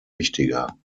wichtiger